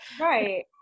right